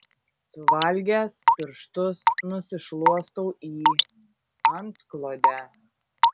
suvalgęs pirštus nusišluostau į antklodę